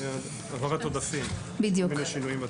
--- העברת עודפים --- שינויים בתקציב.